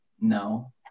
No